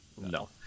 No